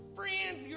friends